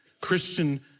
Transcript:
Christian